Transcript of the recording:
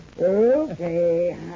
Okay